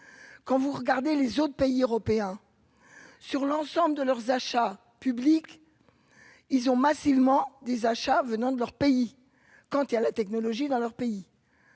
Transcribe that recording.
quand vous regardez les autres pays européens sur l'ensemble de leurs achats publics, ils ont massivement des achats venant de leur pays quand il y a la technologie dans leur pays,